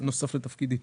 נוסף לתפקידי.